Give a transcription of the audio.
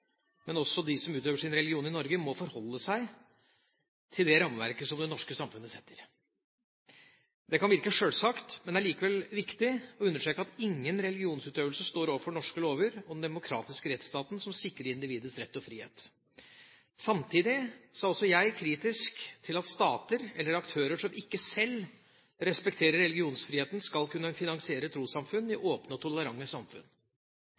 men også at de som utøver sin religion i Norge, må forholde seg til det rammeverket som det norske samfunnet setter. Det kan virke sjølsagt, men det er likevel viktig å understreke at ingen religionsutøvelse står over norske lover og den demokratiske rettsstaten som sikrer individets rett og frihet. Samtidig er også jeg kritisk til at stater eller aktører som ikke sjøl respekterer religionsfriheten, skal kunne finansiere trossamfunn i åpne og tolerante samfunn.